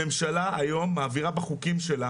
הממשלה היום מעבירה בחוקים שלה.